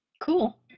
Cool